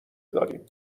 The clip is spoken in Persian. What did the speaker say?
داریم